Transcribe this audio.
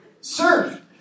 sir